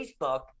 Facebook